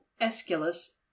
aeschylus